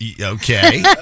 Okay